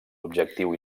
objectiu